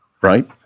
right